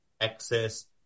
Access